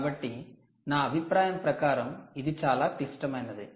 కాబట్టి నా అభిప్రాయం ప్రకారం ఇది చాలా క్లిష్టమైనది